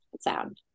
sound